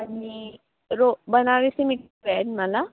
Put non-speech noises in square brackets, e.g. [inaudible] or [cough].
आणि रो बनारसी [unintelligible] मला